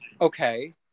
okay